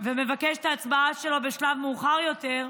ומבקשת את ההצבעה שלו בשלב מאוחר יותר.